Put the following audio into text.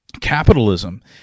capitalism